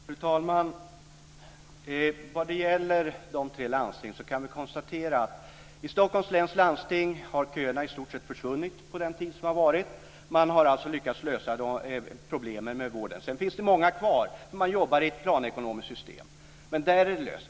Fru talman! När det gäller dessa tre landsting kan vi konstatera att i Stockholms läns landsting har köerna i stort sett försvunnit under den tid som har varit. Man har alltså lyckats lösa de problemen med vården. Sedan finns det många kvar, eftersom man jobbar i ett planekonomiskt system, men där är det löst.